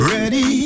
Ready